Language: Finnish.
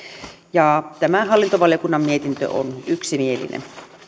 tämä hallintovaliokunnan mietintö on yksimielinen